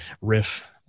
riff